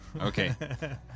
Okay